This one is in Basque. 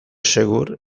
segur